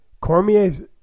Cormier's